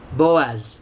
boaz